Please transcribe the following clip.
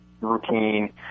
routine